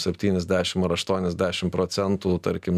septyniasdešim ar aštuoniasdešim procentų tarkim